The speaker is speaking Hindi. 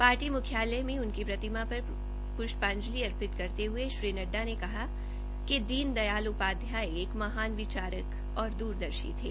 पार्टी मुख्यालय में उनकी प्रतिमा पर पुषपांजलि अर्पित करते हये श्री नड्डा ने कहा कि दीन दयाल उपाध्याय एक महान विचारक और द्रदर्शी थे